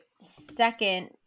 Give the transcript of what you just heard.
second